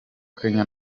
kenya